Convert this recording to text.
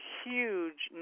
huge